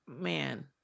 man